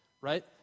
right